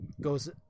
goes